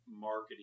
marketing